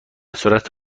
صورت